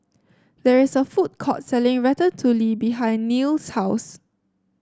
there is a food court selling Ratatouille behind Neal's house